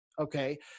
Okay